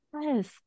Yes